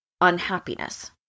unhappiness